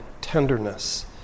tenderness